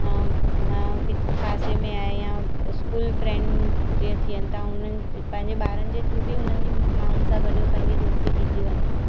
मां किथे पासे में आहे या स्कूल फ्रैंड जीअं थियनि था उन्हनि पंहिंजे ॿारनि जे थ्रू बि हुननि जी माउनि सां गॾु पंहिंजी दोस्ती थी थी वञे